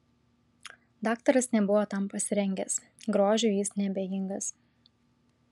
daktaras nebuvo tam pasirengęs grožiui jis neabejingas